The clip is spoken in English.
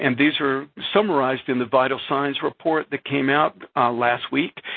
and these are summarized in the vital signs report that came out last week.